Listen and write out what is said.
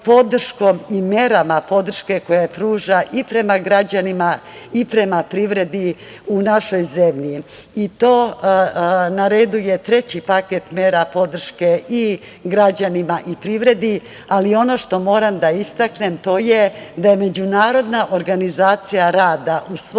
i merama koje pruža i prema građanima i prema privredi u našoj zemlji. Na redu je treći paket mera podrške i građanima i privredi, ali ono što moram da istaknem to je da je Međunarodna organizacija rada u svom